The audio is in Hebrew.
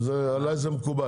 עליי זה מקובל.